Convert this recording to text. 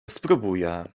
spróbuję